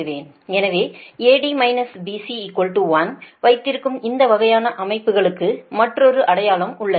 எனவே AD BC 1 வைத்திருக்கும் இந்த வகையான அமைப்புகளுக்கு மற்றொரு அடையாளம் உள்ளது